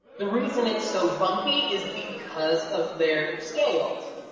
the reason it's so bumpy is because of their scales,